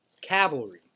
Cavalry